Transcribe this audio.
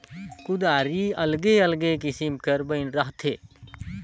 कुदारी अलगे अलगे किसिम कर बइन रहथे